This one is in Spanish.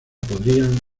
podrían